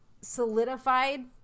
solidified